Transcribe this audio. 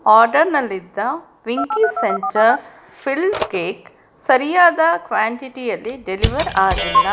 ಆರ್ಡರ್ನಲ್ಲಿದ್ದ Winkies center filled cake ಸರಿಯಾದ ಕ್ವ್ಯಾಂಟಿಟಿಯಲ್ಲಿ deliver ಆಗಿಲ್ಲ